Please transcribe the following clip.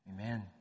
Amen